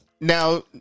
now